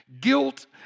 Guilt